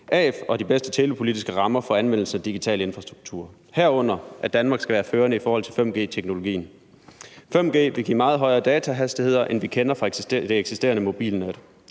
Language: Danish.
af og de bedste telepolitiske rammer for anvendelse af digital infrastruktur, herunder at Danmark skal være førende i forhold til 5G-teknologien. 5G vil give meget højere datahastigheder, end vi kender fra det eksisterende mobilnet.